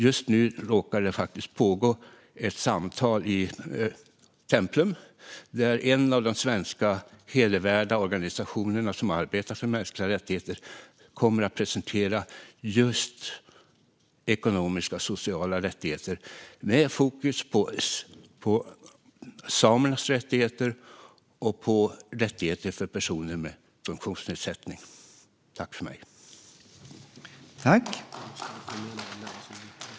Just nu råkar det faktiskt pågå ett samtal i Templum, där en av de svenska hedervärda organisationer som arbetar för mänskliga rättigheter kommer att presentera just ekonomiska och sociala rättigheter med fokus på samernas rättigheter och rättigheter för personer med funktionsnedsättning.